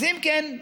אז אם כן,